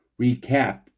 recap